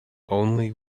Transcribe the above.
only